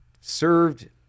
served